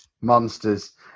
monsters